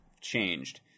changed